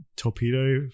Torpedo